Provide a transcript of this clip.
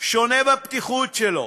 שונה בפתיחות שלו,